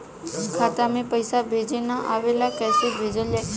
खाता में पईसा भेजे ना आवेला कईसे भेजल जाई?